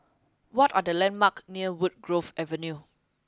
what are the landmarks near Woodgrove Avenue